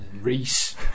Reese